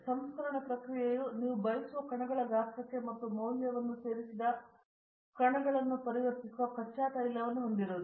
ಸಂಸ್ಕರಣ ಪ್ರಕ್ರಿಯೆಯು ನೀವು ಬಯಸುವ ಕಣಗಳ ಗಾತ್ರಕ್ಕೆ ಮತ್ತು ಮೌಲ್ಯವನ್ನು ಸೇರಿಸಿದ ಕಣಗಳನ್ನು ಪರಿವರ್ತಿಸುವ ಕಚ್ಚಾ ತೈಲವನ್ನು ಹೊಂದಿರುವುದು